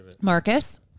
Marcus